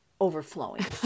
overflowing